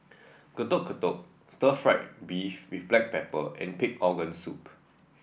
Getuk Getuk stir fry beef with Black Pepper and Pig Organ Soup